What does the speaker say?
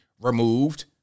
removed